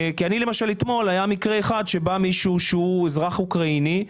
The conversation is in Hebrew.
כי למשל אתמול היה מקרה אחד שבא מישהו שהוא אזרח אוקראיני.